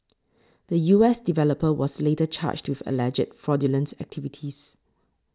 the U S developer was later charged with alleged fraudulent activities